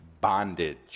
bondage